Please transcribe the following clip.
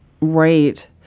Right